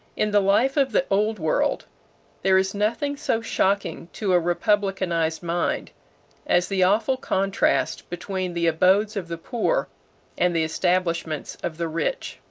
in the life of the old world there is nothing so shocking to a republicanized mind as the awful contrast between the abodes of the poor and the establishments of the rich.